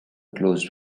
close